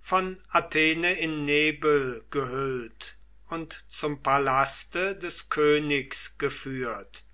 von athene in nebel gehüllt und zum palaste des königs geführt